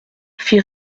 fit